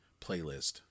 playlist